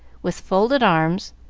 with folded arms,